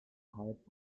halb